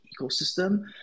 ecosystem